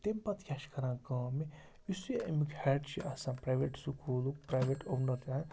تمہِ پَتہٕ کیٛاہ چھِ کَران کٲم یہِ یُس یہِ اَمیُک ہیٚڈ چھُ آسان پرٮ۪ویٹ سکوٗلُک پرٮ۪ویٹ اُونر چھُ اَتہِ